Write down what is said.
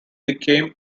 became